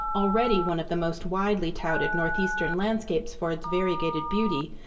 already one of the most widely touted northeastern landscapes for its variegated beauty,